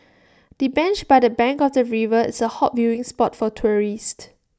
the bench by the bank of the river is A hot viewing spot for tourists